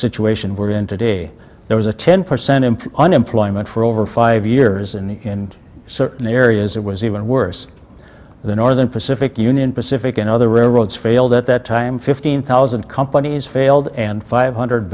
situation we're in today there was a ten percent in unemployment for over five years in certain areas it was even worse in the northern pacific union pacific and other railroads failed at that time fifteen thousand companies failed and five hundred